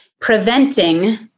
preventing